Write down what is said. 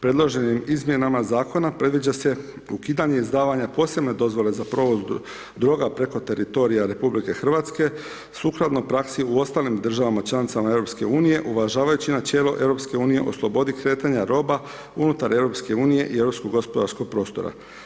Predloženim izmjenama zakona, predviđa se ukidanje i izdavanje posebne dozvole za provod druga preko teritorija RH, sukladno praksi u ostalim državama članicama EU, uvažavajući načelo EU o slobodi kretanja roba unutar EU i europskog gospodarskog prostora.